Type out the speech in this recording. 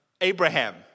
Abraham